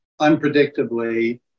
unpredictably